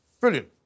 Brilliant